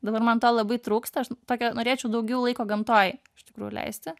dabar man to labai trūksta aš tokio norėčiau daugiau laiko gamtoj iš tikrųjų leisti